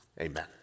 Amen